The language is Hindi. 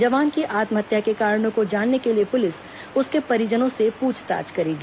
जवान के आत्महत्या के कारणों को जानने के लिए पुलिस उसके परिजनों से पूछताछ करेगी